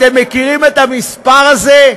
אתם מכירים את המספר הזה?